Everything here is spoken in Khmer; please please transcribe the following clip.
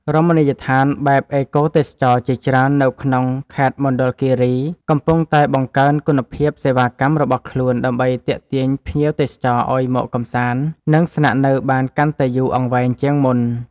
រមណីយដ្ឋានបែបអេកូទេសចរណ៍ជាច្រើននៅក្នុងខេត្តមណ្ឌលគីរីកំពុងតែបង្កើនគុណភាពសេវាកម្មរបស់ខ្លួនដើម្បីទាក់ទាញភ្ញៀវទេសចរឱ្យមកកម្សាន្ត និង ស្នាក់នៅបានកាន់តែយូរអង្វែងជាងមុន។